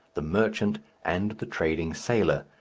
the merchant, and the trading sailor,